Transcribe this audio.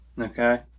okay